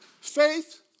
faith